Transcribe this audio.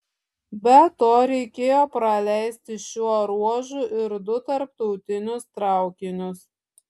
be to reikėjo praleisti šiuo ruožu ir du tarptautinius traukinius